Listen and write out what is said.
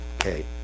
Okay